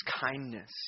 kindness